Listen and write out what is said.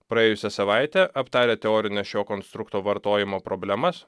praėjusią savaitę aptarę teorines šio konstrukto vartojimo problemas